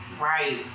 Right